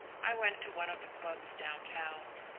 i went to one of the clubs down-town.